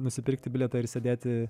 nusipirkti bilietą ir sėdėti